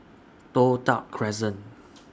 Toh Tuck Crescent